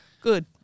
good